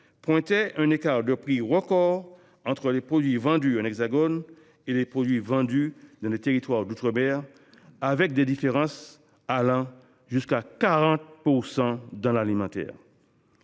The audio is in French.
fait état d’un écart de prix record entre les produits vendus en France et ceux qui le sont dans les territoires d’outre mer avec des différences allant jusqu’à 40 % dans l’alimentaire.